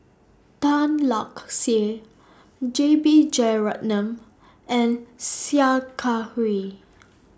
Tan Lark Sye J B Jeyaretnam and Sia Kah Hui